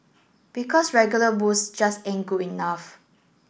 because regular booze just ain't good enough